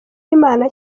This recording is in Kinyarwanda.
imana